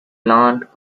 plant